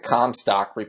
Comstock